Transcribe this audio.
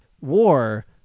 war